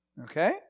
okay